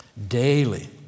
daily